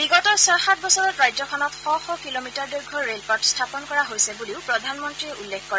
বিগত ছয় সাত বছৰত ৰাজ্যখনত শ শ কিলোমিটাৰ দৈৰ্ঘ্যৰ ৰেলপথ স্থাপন কৰা হৈছে বুলিও প্ৰধানমন্ত্ৰীয়ে উল্লেখ কৰে